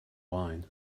wine